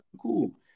cool